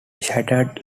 shattered